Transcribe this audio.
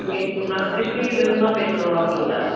இங்கே நாங்கள் கிருஷ்ணகிரிலேருந்து தான் பேசுகிறோம் லோக்கலில்